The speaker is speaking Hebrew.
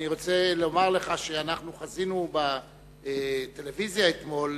אני רוצה לומר לך שאנחנו חזינו בטלוויזיה אתמול